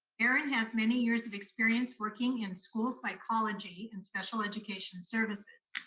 aaron has many years of experience working in school psychology and special education services.